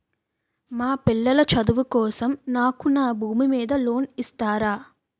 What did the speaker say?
మా పిల్లల చదువు కోసం నాకు నా భూమి మీద లోన్ ఇస్తారా?